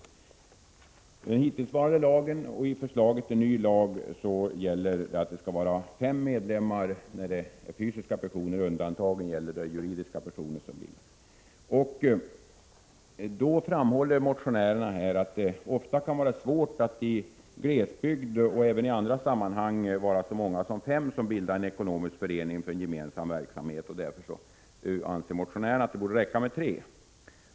Enligt den hittillsvarande lagen och enligt förslaget till ny lag gäller att det skall vara fem medlemmar om de är fysiska personer — undantagen gäller juridiska personer. Motionärerna framhåller att det ofta kan vara svårt att i glesbygd, och även i andra sammanhang, finna så många som fem som bildar en ekonomisk förening för gemensam verksamhet, och därför anser motionärerna att det borde räcka med tre.